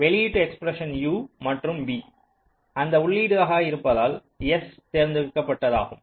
வெளியீட்டு expression u மற்றும் v அந்த உள்ளீடாக இருந்தால் s தேர்ந்தெடுக்கப்பட்டதாகும்